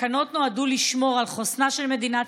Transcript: התקנות נועדו לשמור על חוסנה של מדינת